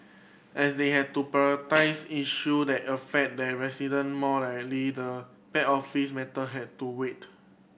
as they had to issue that affected their resident more the back office matter had to wait